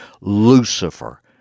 Lucifer